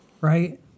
right